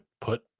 put